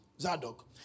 Zadok